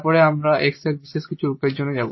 পরে আমরা এই x এর কিছু পার্টিকুলার রূপের জন্য যাব